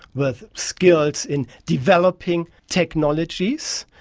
with skills in developing technologies.